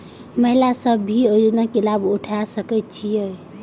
महिला सब भी योजना के लाभ उठा सके छिईय?